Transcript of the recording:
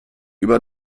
über